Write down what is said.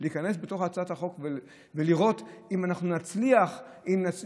להיכנס בתוך הצעת החוק ולראות אם אנחנו נצליח לעשות